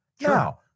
Now